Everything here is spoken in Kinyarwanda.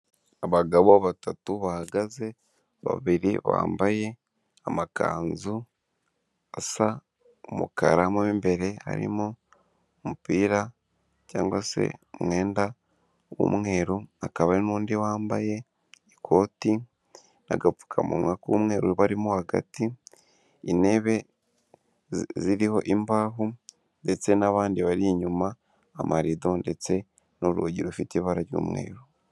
Abagabo batatu bahagaze babiri bambaye amakanzu asa umukara w'imbere harimo umupira cyangwa se umwenda w'umweru akaba n'undi wambaye ikoti n'agapfukamunwa k'umweru barimo hagati intebe ziriho imbaho ndetse n'abandi bari inyuma amarido ndetse n'urugi rufite ibara ry'umweru.